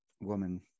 woman